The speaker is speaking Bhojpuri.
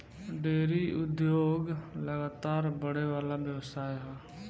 डेयरी उद्योग लगातार बड़ेवाला व्यवसाय ह